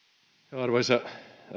arvoisa